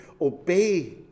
obey